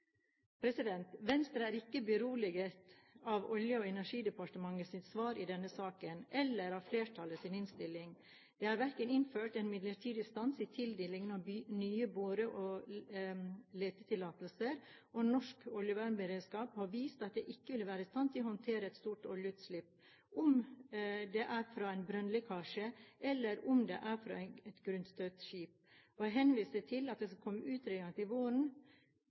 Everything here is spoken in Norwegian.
denne saken eller av flertallets innstilling. Det er ikke innført en midlertidig stans i tildeling av nye bore- og letetillatelser, og norsk oljevernberedskap har vist at den ikke vil være i stand til å håndtere et stort oljeutslipp, om det er fra en brønnlekkasje, eller om det er fra et grunnstøtt skip. Å henvise til at det skal komme utredninger til våren